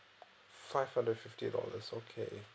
five hundred fifty dollars okay